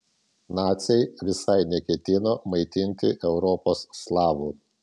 naciai visai neketino maitinti europos slavų